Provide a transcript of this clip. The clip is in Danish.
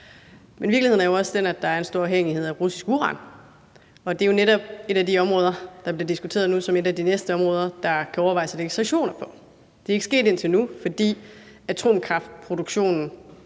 Men virkeligheden er jo også den, at der er en stor afhængighed af russisk uran, og det er jo netop et af de områder, der bliver diskuteret nu som et af de næste områder, som man kan overveje at lægge sanktioner på. Det er ikke sket indtil nu, fordi atomkraftproduktionen